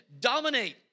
dominate